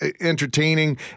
entertaining